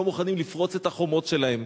לא מוכנים לפרוץ את החומות שלהם.